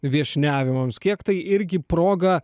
viešniavimams kiek tai irgi proga